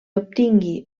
obtingui